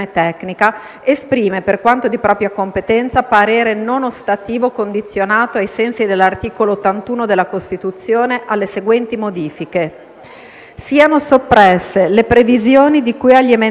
esprime, per quanto di propria competenza, parere non ostativo condizionato, ai sensi dell'articolo 81 della Costituzione, alle seguenti modifiche: siano soppresse le previsioni di cui agli emendamenti